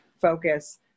focus